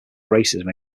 racism